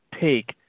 take